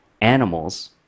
animals